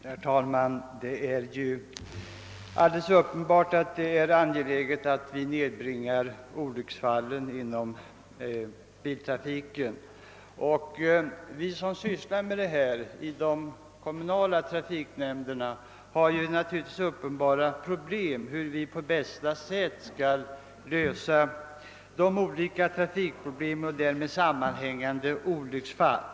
Herr talman! Det är alldeles uppenbart angeläget att nedbringa antalet olycksfall i trafiken. Vi som sysslar med detta i de kommunala trafiknämnderna har uppgiften att försöka på bästa sätt lösa olika trafikproblem och nedbringa antalet olycksfall.